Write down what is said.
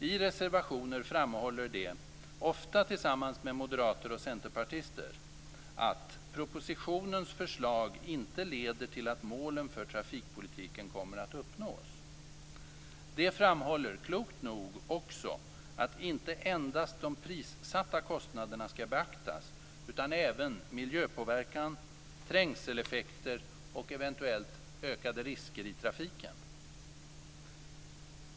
I reservationer framhåller de - ofta tillsammans med moderater och centerpartister - att propositionens förslag inte leder till att målen för trafikpolitiken kommer att uppnås. De framhåller klokt nog också att inte endast de prissatta kostnaderna skall beaktas, utan även miljöpåverkan, trängseleffekter och eventuellt ökade risker i trafiken.